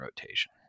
rotation